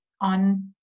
on